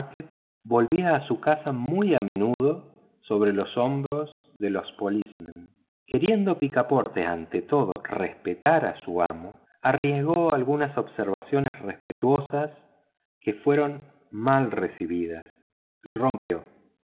volvía a su casa muy a menudo sobre los hombros de los policemen queriendo picaporte ante todo respetar a su amo arriesgó algunas observaciones respetuosas que fueron mal recibidas y rompió